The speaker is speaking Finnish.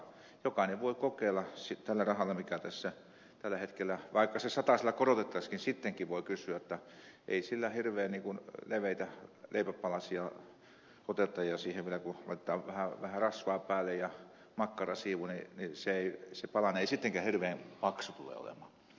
jokainen voi kokeilla tällä rahalla mikä tässä tällä hetkellä on vaikka se satasella korotettaisiinkin sittenkin voi kysyä jotta ei sillä hirveän leveitä leipäpalasia oteta ja siihen kun vielä laitetaan vähän rasvaa päälle ja makkarasiivu se palanen ei sittenkään hirveän paksu tule olemaan